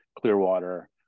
Clearwater